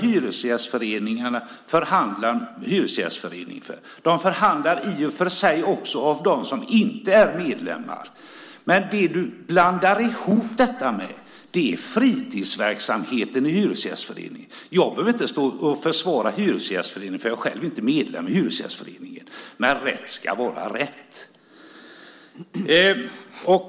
Hyresgästföreningen förhandlar för dem som är medlemmar i föreningen, och i och för sig även för dem som inte är medlemmar. Men du blandar ihop detta med fritidsverksamheten i Hyresgästföreningen. Jag behöver inte stå och försvara Hyresgästföreningen, för jag är själv inte medlem i den. Men rätt ska vara rätt!